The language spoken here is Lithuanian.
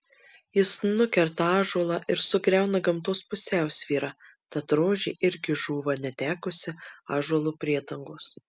jis nukerta ąžuolą ir sugriauna gamtos pusiausvyrą tad rožė irgi žūva netekusi ąžuolo priedangos